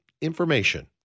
Information